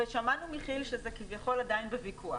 ושמענו מכי"ל שזה כביכול עדיין בוויכוח,